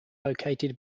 located